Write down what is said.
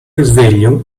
risveglio